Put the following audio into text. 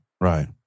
right